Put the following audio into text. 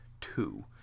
two